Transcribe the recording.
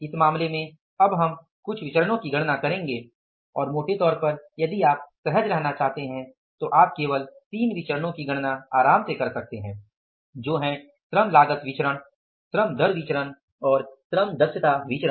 इस मामले में अब हम कुछ विचरणो की गणना करेंगे और मोटे तौर पर यदि आप सहज रहना चाहते हैं तो आप केवल 3 विचरणो की गणना आराम से कर सकते हैं जो है श्रम लागत विचरण श्रम दर विचरण और श्रम दक्षता विचरण